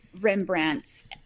rembrandt's